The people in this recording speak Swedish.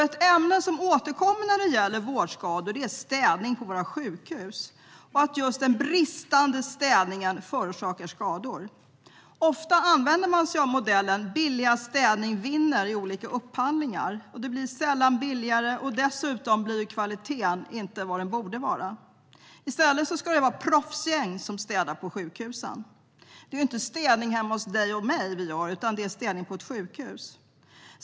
Ett ämne som återkommer när det gäller vårdskador är städning på våra sjukhus och att just den bristande städningen förorsakar skador. Ofta använder man sig av modellen billigast städning vinner i olika upphandlingar. Det blir sällan billigare, och dessutom blir kvaliteten inte vad den borde vara. I stället ska det vara proffsgäng som städar på sjukhusen. Det är inte städning hemma hos dig och mig, utan det är städning på ett sjukhus.